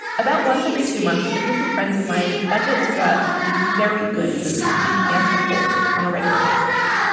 about once every two months a group of friends of mine budget to go out to eat very good food. we can't afford on a regular basis.